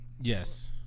Yes